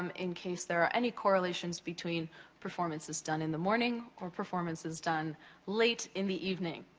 um in case there are any correlations between performances done in the morning or performances done late in the evening.